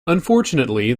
unfortunately